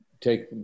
take